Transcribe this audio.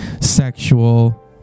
sexual